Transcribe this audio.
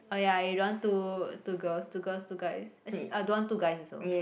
oh ya you don't want two two girls two girls two guys actually I don't want two guys also